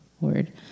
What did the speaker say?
Word